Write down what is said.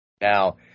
now